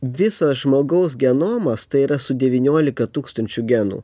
visas žmogaus genomas tai yra su devyniolika tūkstančių genų